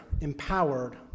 empowered